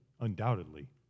undoubtedly